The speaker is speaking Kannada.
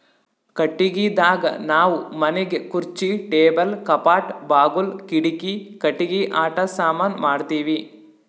ಕಟ್ಟಿಗಿದಾಗ್ ನಾವ್ ಮನಿಗ್ ಖುರ್ಚಿ ಟೇಬಲ್ ಕಪಾಟ್ ಬಾಗುಲ್ ಕಿಡಿಕಿ ಕಟ್ಟಿಗಿ ಆಟ ಸಾಮಾನಿ ಮಾಡ್ತೀವಿ